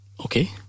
Okay